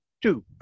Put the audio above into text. two